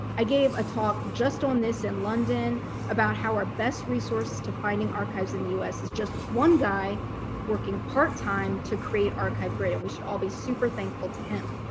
i gave a talk just on this in london about how our best resource to finding archives in the us is just one guy working part-time to create archivegrid and we should all be super thankful to him.